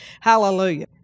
Hallelujah